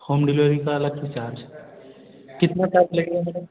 home delivery का अलग से चार्ज कितना चार्ज लेंगे मैडम